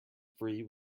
free